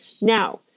Now